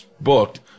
booked